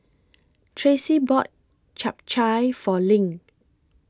Tracie bought Chap Chai For LINK